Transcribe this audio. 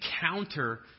counter